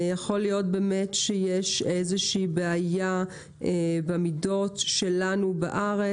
יכול להיות שיש איזושהי בעיה במידות שלנו בארץ